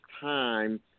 time